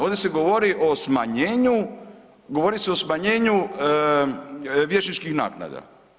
Ovdje se govori o smanjenju, govori se o smanjenju vijećničkih naknada.